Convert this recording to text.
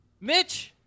Mitch